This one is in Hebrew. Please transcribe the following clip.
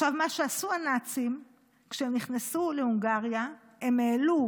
כשהנאצים נכנסו להונגריה הם העלו